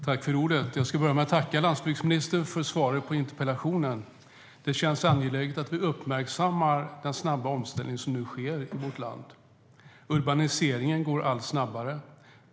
Herr talman! Jag ska börja med att tacka landsbygdsministern för svaret på interpellationen. Det känns angeläget att vi uppmärksammar den snabba omställning som nu sker i vårt land. Urbaniseringen går allt snabbare.